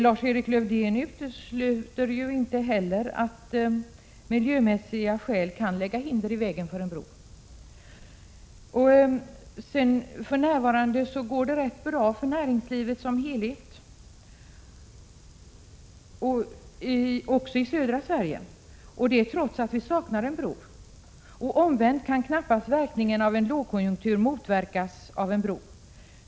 Lars-Erik Lövdén utesluter inte heller att miljömässiga skäl kan lägga hinder i vägen för en bro. För närvarande går det ganska bra för näringslivet som helhet också i Skåne, trots att vi saknar en bro över Öresund. Omvänt kan knappast verkningarna av en lågkonjunktur motverkas av en bro.